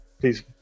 please